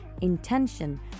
intention